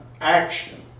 action